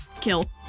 kill